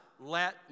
let